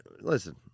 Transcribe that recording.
listen